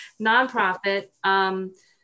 nonprofit